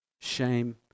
shame